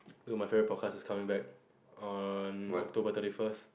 dude my favourite podcast is coming back on October thirty first